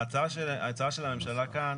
ההצעה של הממשלה כאן